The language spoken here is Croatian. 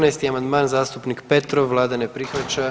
14. amandman zastupnik Petrov, vlada ne prihvaća.